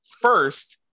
first